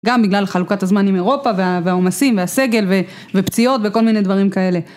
גם בגלל חלוקת הזמן עם אירופה והעומסים והסגל ופציעות וכל מיני דברים כאלה.